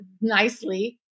nicely